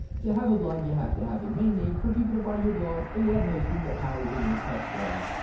to have a blog you have to have a domain name for people to find your blog and web hosting that powers your wordpress blog.